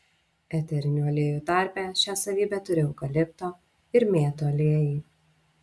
eterinių aliejų tarpe šią savybę turi eukalipto ir mėtų aliejai